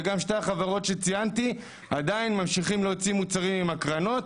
גם שתי החברות שציינתי עדיין ממשיכות להוציא מוצרים עם הקרנות,